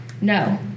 No